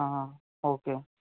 okay